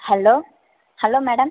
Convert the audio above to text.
hello hello madam